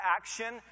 action